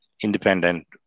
independent